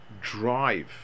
drive